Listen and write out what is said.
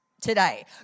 today